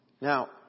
Now